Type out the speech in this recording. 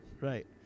right